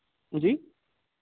جی